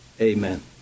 amen